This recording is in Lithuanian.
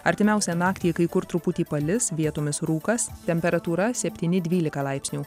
artimiausią naktį kai kur truputį palis vietomis rūkas temperatūra septyni dvylika laipsnių